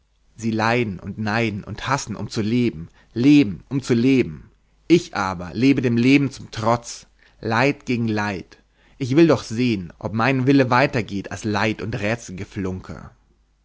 sie leiden und neiden und hassen um zu leben leben um zu leben ich aber lebe dem leben zum trotz leid gegen leid ich will doch sehen ob mein wille weiter geht als leid und